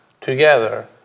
together